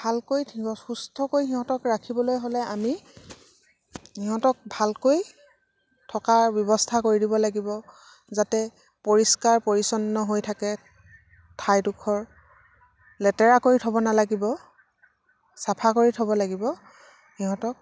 ভালকৈ সি সুস্থকৈ সিহঁতক ৰাখিবলৈ হ'লে আমি সিহঁতক ভালকৈ থকাৰ ব্যৱস্থা কৰি দিব লাগিব যাতে পৰিষ্কাৰ পৰিচ্ছন্ন হৈ থাকে ঠাইডোখৰ লেতেৰা কৰি থ'ব নালাগিব চাফা কৰি থ'ব লাগিব সিহঁতক